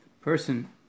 person